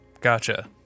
Gotcha